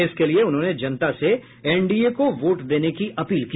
इसके लिये उन्होंने जनता से एनडीए को वोट देने की अपील की